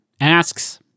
Asks